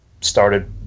started